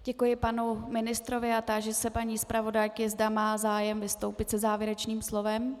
Děkuji panu ministrovi a táži se paní zpravodajky, zda má zájem vystoupit se závěrečným slovem.